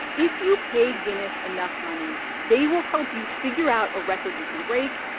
if you pay guinness enough money, they will help you figure out a record you can break,